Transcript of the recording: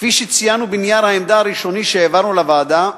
כפי שציינו בנייר העמדה הראשוני שהעברנו לוועדה,